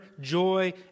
joy